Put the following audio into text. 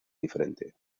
diferente